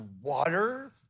water